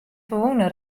ferwûne